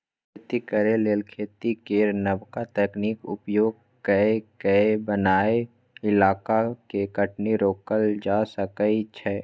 खेती करे लेल खेती केर नबका तकनीक उपयोग कए कय बनैया इलाका के कटनी रोकल जा सकइ छै